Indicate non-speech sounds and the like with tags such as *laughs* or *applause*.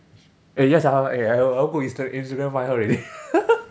eh ya sia eh I want to go insta~ instagram find her already *laughs*